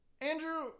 andrew